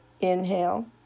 Inhale